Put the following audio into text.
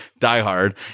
diehard